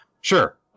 Sure